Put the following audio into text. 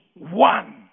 One